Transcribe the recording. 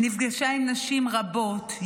ונפגשה עם נשים רבות,